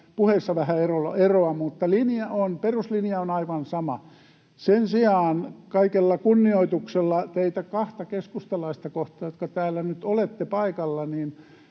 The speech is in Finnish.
puheissa vähän eroa, mutta peruslinja on aivan sama. Sen sijaan, kaikella kunnioituksella teitä kahta keskustalaista kohtaan, jotka täällä nyt olette paikalla: